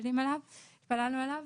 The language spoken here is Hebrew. התפללנו אליו